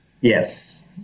yes